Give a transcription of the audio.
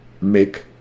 make